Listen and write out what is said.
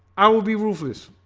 i will be ruthless